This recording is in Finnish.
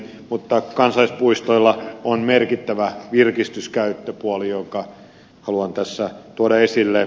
mutta kansallispuistoilla on merkittävä virkistyskäyttöpuoli jonka haluan tässä tuoda esille